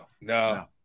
No